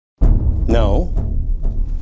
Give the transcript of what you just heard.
No